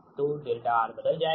तो𝛿R बदल जाएगा